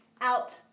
out